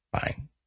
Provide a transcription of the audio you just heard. Fine